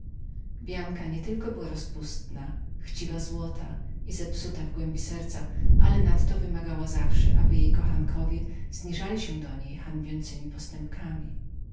bianka nie tylko była rozpustną chciwą złota i zepsutą w głębi serca ale nadto wymagała zawsze aby jej kochankowie zniżali się do niej hańbiącemi postępkami nalegała więc